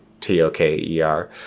T-O-K-E-R